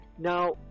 Now